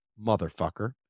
motherfucker